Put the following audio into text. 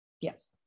Yes